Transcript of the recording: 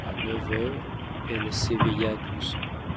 a neuf heures elle s'éveilla doucement